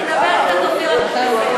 תמיד כבל מאריך.